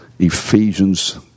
Ephesians